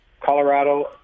Colorado